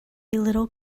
little